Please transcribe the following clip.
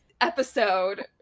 episode